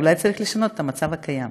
אולי צריך לשנות את המצב הקיים.